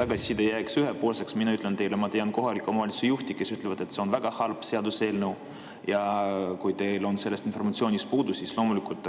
tagasiside ei jääks ühepoolseks, ütlen mina teile, et ma tean kohalike omavalitsuste juhte, kes ütlevad, et see on väga halb seaduseelnõu. Ja kui teil sellist informatsiooni pole, siis loomulikult